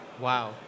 Wow